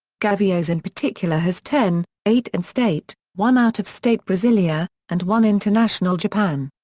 gavioes in particular has ten, eight in-state, one out-of-state brasilia, and one international japan.